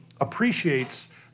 appreciates